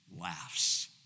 laughs